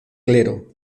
clero